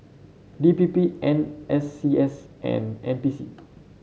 D P P N S C S and N P C